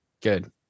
Good